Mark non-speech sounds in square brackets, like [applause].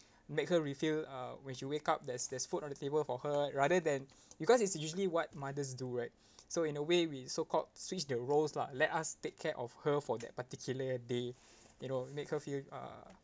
make her refuel uh when she wake up there's there's food on the table for her rather than because it's usually what mothers do right [breath] so in a way we so called switch the roles lah let us take care of her for that particular day you know make her feel uh